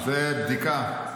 זאת בדיקה.